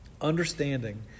Understanding